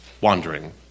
wandering